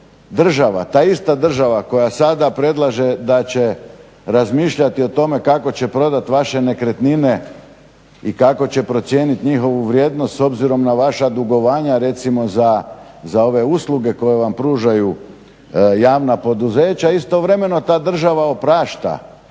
država, ta ista država koja sada predlaže da će razmišljati o tome kako će prodati vaše nekretnine i kako će procijeniti njihovu vrijednost s obzirom na vaša dugovanja recimo za ove usluge koje vam pružaju javna poduzeća istovremeno ta država oprašta